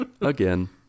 again